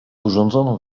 urządzono